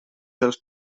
dels